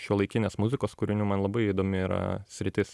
šiuolaikinės muzikos kūrinių man labai įdomi yra sritis